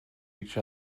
each